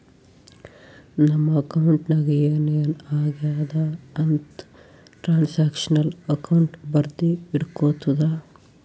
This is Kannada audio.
ನಮ್ ಅಕೌಂಟ್ ನಾಗ್ ಏನ್ ಏನ್ ಆಗ್ಯಾದ ಅಂತ್ ಟ್ರಾನ್ಸ್ಅಕ್ಷನಲ್ ಅಕೌಂಟ್ ಬರ್ದಿ ಇಟ್ಗೋತುದ